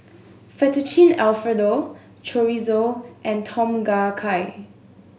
Fettuccine Alfredo Chorizo and Tom Kha Gai